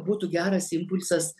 būtų geras impulsas